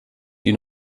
die